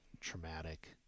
traumatic